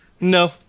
No